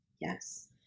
Yes